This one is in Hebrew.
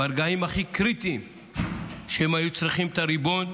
ברגעים הכי קריטיים שהם היו צריכים את הריבון,